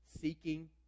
seeking